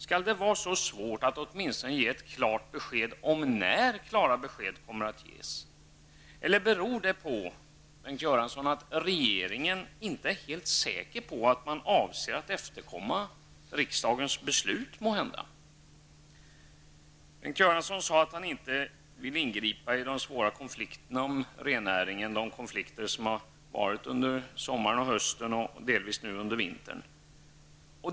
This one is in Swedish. Skall det vara så svårt att åtminstone ge ett klart besked om när klara besked kommer att ges? Är regeringen, Bengt Göransson, kanske inte helt säker på att den avser att efterkomma riksdagens beslut? Bengt Göransson sade att han inte vill ingripa i de svåra konflikterna som gäller rennäringen som har uppstått under sommaren, hösten och delvis nu under vintern.